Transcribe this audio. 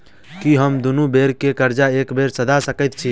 की हम दुनू बेर केँ कर्जा एके बेर सधा सकैत छी?